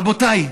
רבותיי,